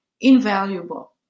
invaluable